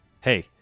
hey